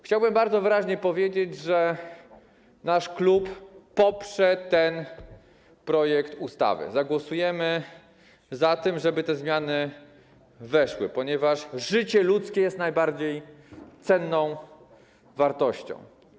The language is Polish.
Chciałbym bardzo wyraźnie powiedzieć, że nasz klub poprze ten projekt ustawy, zagłosujemy za tym, żeby te zmiany weszły w życie, ponieważ życie ludzkie jest najbardziej cenną wartością.